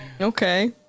Okay